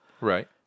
Right